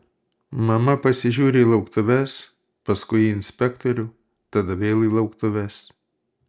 mama pasižiūri į lauktuves paskui į inspektorių tada vėl į lauktuves